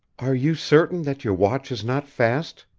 are you certain that your watch is not fast?